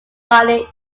varney